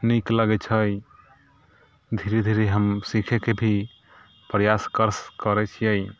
नीक लगैत छै धीरे धीरे हम सीखैके भी प्रयास करैत छियै